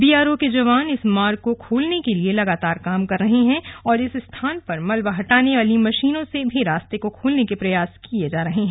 BRO के जवान इस मार्ग को खोलने के लिए लगातार काम कर रहे हैं और इस स्थान पर मलबा हटाने वाली मशीनों से भी रास्ते को खोलने के प्रयास किए जा रहे हैं